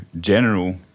general